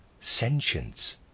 sentience